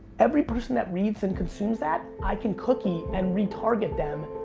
every person that reads and consumes that, i can cookie and re-target them,